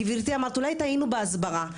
גברתי אמרת אולי טעינו בהסברה,